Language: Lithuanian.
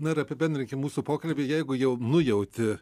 na ir apibendrinkim mūsų pokalbį jeigu jau nujauti